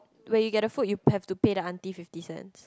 where you get the food you have to pay the Char-Kway-Teow fifty cents